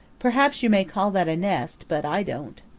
perhaps you may call that a nest, but i don't.